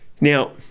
Now